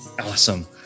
Awesome